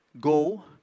Go